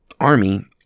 Army